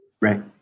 Right